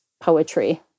poetry